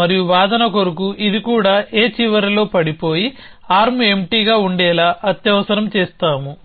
మరియు వాదన కొరకు ఇది కూడా A చివరలో పడిపోయి ఆర్మ్ ఎంప్టీగా ఉండేలా అత్యవసరం చేస్తాము